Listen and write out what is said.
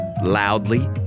loudly